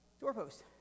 doorpost